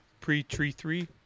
Pre-tree-three